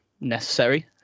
necessary